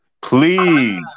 please